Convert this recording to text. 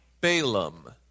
Balaam